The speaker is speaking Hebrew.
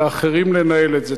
לאחרים לנהל את זה.